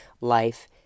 life